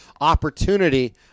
opportunity